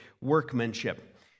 workmanship